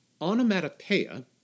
Onomatopoeia